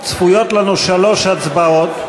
צפויות לנו שלוש הצבעות.